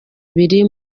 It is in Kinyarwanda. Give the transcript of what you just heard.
ibiri